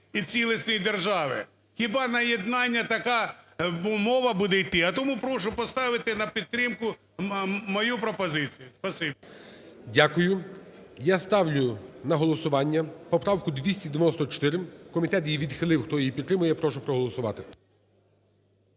і цілісної держави. Хіба на єднання така мова буде йти? А тому прошу поставити на підтримку мою пропозицію. Спасибі. ГОЛОВУЮЧИЙ. Дякую. Я ставлю на голосування поправку 294. Комітет її відхилив. Хто її підтримує, прошу проголосувати.